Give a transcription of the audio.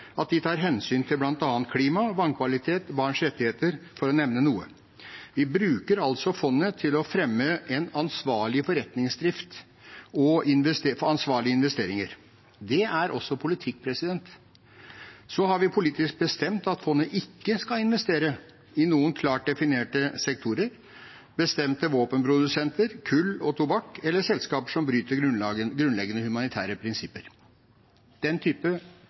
investeres i, tar hensyn til bl.a. klima, vannkvalitet og barns rettigheter, for å nevne noe. Vi bruker altså fondet til å fremme en ansvarlig forretningsdrift og ansvarlige investeringer. Det er også politikk. Så har vi politisk bestemt at fondet ikke skal investere i noen klart definerte sektorer – bestemte våpenprodusenter, kull og tobakk, eller selskaper som bryter grunnleggende humanitære prinsipper. Den type